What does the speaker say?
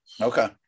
Okay